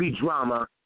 drama